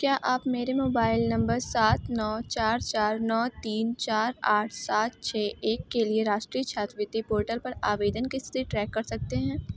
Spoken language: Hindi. क्या आप मेरे मोबाइल नंबर सात नौ चार चार नौ तीन चार आठ सात छः एक के लिए राष्ट्रीय छात्रवृत्ति पोर्टल पर आवेदन की स्थिति ट्रैक कर सकते हैं